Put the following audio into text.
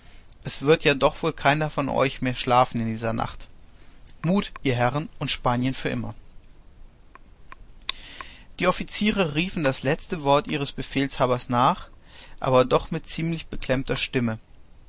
es wird ja doch wohl keiner von euch mehr schlafen in dieser nacht mut ihr herren und spanien für immer die offiziere riefen das letzte wort ihres befehlshabers nach aber doch mit ziemlich beklemmter stimme